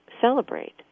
celebrate